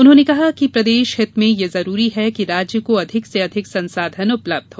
उन्होंने कहा कि प्रदेश हित में यह जरूरी है कि राज्य को अधिक से अधिक संसाधन उपलब्ध हो